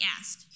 asked